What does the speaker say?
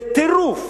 בטירוף,